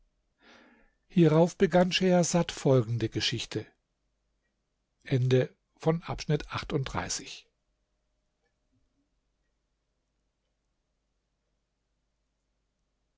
hierauf begann schehersad folgende geschichte